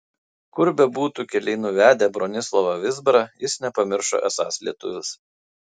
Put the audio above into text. kur bebūtų keliai nuvedę bronislavą vizbarą jis nepamiršo esąs lietuvis